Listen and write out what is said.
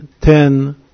ten